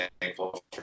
thankful